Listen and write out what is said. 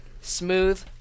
Smooth